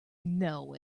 know